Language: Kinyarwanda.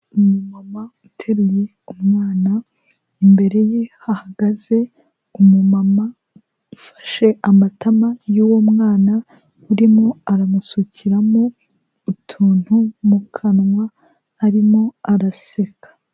Umumama uteruye umwana, imbere ye hahagaze umumama ufashe amatama y'uwo mwana, urimo aramusukiramo utuntu mu kanwa, arimo araseka.